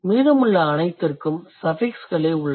மீதமுள்ள அனைத்திற்கும் சஃபிக்ஸ்களே உள்ளன